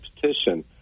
petition